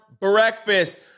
breakfast